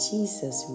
Jesus